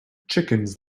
chickens